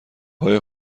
های